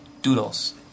doodles